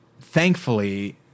thankfully